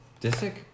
Disick